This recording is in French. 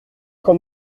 quand